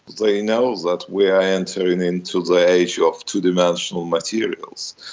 they know that we are entering into the age of two-dimensional materials.